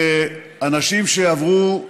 שאנשים שעברו,